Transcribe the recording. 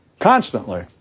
constantly